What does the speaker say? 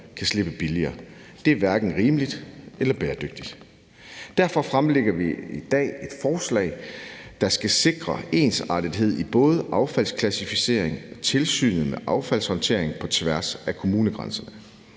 kan slippe billigere. Det er hverken rimeligt eller bæredygtigt. Derfor fremlægger vi i dag et forslag, der skal sikre ensartethed i både affaldsklassificering og tilsynet med affaldshåndtering på tværs af kommunegrænserne.